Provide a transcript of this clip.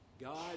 God